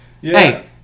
Hey